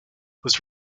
was